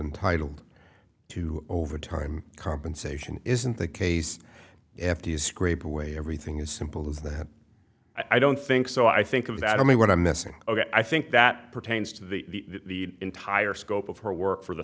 entitled to overtime compensation isn't the case if you scrape away everything as simple as that i don't think so i think of it i don't know what i'm missing ok i think that pertains to the entire scope of her work for the